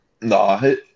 No